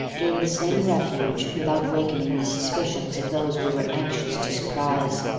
gained the same refuge without awakening the suspicions of those we were anxious to surprise.